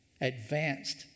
advanced